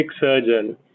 surgeon